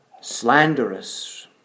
slanderous